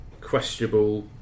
questionable